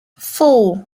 four